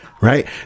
right